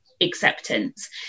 acceptance